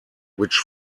which